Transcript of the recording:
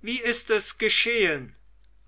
wie ist es geschehen